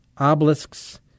obelisks